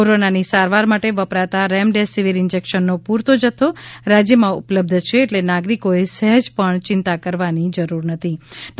કોરોનાની સારવાર માટે વપરાતા રેમડેસીવિર ઇન્જેક્શનનો પુરતો જથ્થો રાજયમાં ઉપલબ્ધ છે એટલે નાગરિકોએ સહેજ પણ ચિંતા કરવાની જરૂર નથી ડો